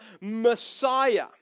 Messiah